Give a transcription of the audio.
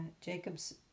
Jacob's